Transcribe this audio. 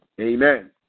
Amen